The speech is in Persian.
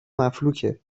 مفلوکه